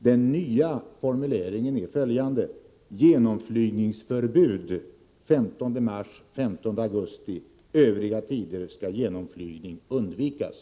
Den nya formuleringen är följande: Genomflygningsförbud 15 mars-15 augusti. Övriga tider skall genomflygning undvikas.